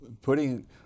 putting